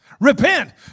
Repent